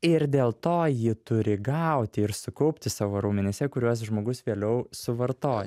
ir dėl to ji turi gauti ir sukaupti savo raumenyse kuriuos žmogus vėliau suvartoja